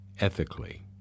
ethically